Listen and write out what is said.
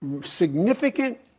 significant